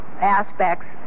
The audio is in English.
aspects